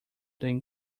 than